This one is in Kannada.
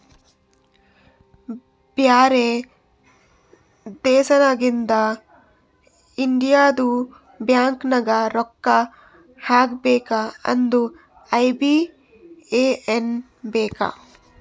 ಬ್ಯಾರೆ ದೇಶನಾಗಿಂದ್ ಇಂಡಿಯದು ಬ್ಯಾಂಕ್ ನಾಗ್ ರೊಕ್ಕಾ ಹಾಕಬೇಕ್ ಅಂದುರ್ ಐ.ಬಿ.ಎ.ಎನ್ ಬೇಕ್